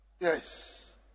Yes